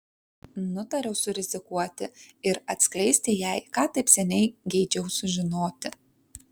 nutariau surizikuoti ir atskleisti jai ką taip seniai geidžiau sužinoti